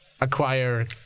acquire